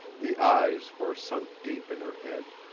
the eyes were sunk deep in her head.